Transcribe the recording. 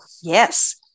Yes